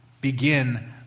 begin